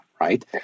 right